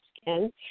skin